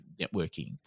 networking